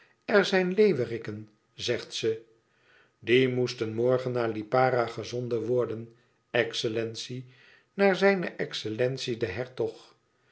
er zijn leeuwerikken zegt ze die moesten morgen naar lipara gezonden worden excellentie naar zijne excellentie den hertog